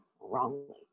wrongly